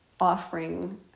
offering